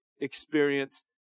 experienced